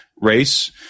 race